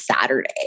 Saturday